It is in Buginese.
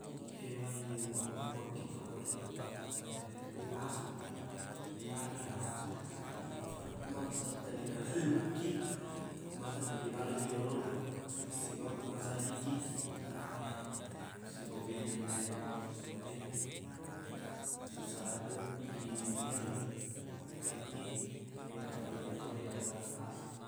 Hewan iye wak- wakkitori iyanaritu asu magina asu afaqna ko bangsa telli nalellukkiq ko bangsa tulli lalokiq yolo na sibawa ko bangsa naikkikkiq aiii sibawa bebena ero asu de susa laddeq i lennyereng jaji hewan paling wetauri adalah asu